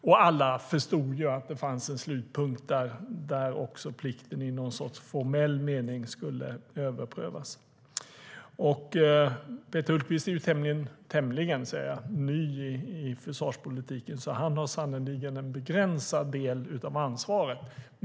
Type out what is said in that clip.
Och alla förstod att det fanns en slutpunkt där plikten i någon sorts formell mening skulle överprövas. Peter Hultqvist är ju tämligen ny, tämligen säger jag, i försvarspolitiken, så han har sannerligen en begränsad del av ansvaret.